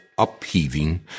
upheaving